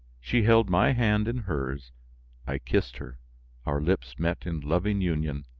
she held my hand in hers i kissed her our lips met in loving union,